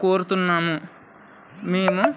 కోరుతున్నాము మేము